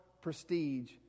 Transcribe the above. prestige